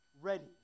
ready